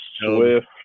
Swift